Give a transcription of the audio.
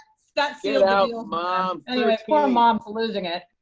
get so out, mom! anyway, poor mom's losing it.